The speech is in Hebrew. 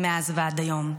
מאז ועד היום,